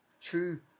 true